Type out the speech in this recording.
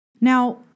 Now